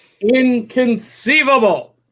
Inconceivable